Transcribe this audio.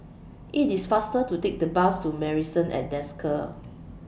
IT IS faster to Take The Bus to Marrison At Desker